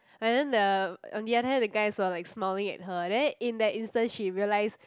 and then the on the other hand the guys were like smiling at her and then in that instance she realise